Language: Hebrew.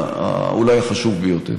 אולי החשוב ביותר.